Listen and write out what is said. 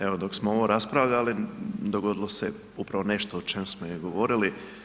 Evo, dok smo ovo raspravljali, dogodilo se upravo nešto o čem smo i govorili.